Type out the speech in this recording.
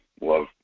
love